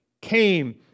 came